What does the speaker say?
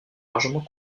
largement